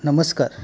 नमस्कार